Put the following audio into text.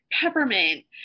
peppermint